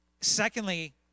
Secondly